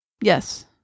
Yes